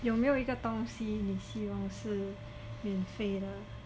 有没有一个东西你希望是免费的